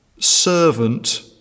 servant